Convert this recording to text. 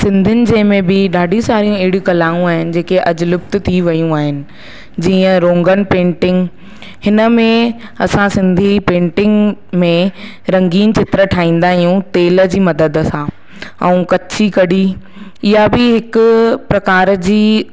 सिंधियुनि जे में बि ॾाढी सारियूं अहिड़ियूं कलाऊं आहिनि जेके अॼु लुप्त थी वियूं आहिनि जीअं रोंगन पेंटिंग हिन में असां सिंधी पेंटिंग में रंगीन चित्र ठाहींदा आहियूं तेल जी मदद सां ऐं कच्छी कढी इहा बि हिकु प्रकार जी